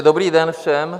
Dobrý den všem.